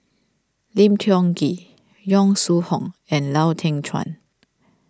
Lim Tiong Ghee Yong Shu Hoong and Lau Teng Chuan